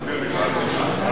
תסביר לי מה אתה מציע,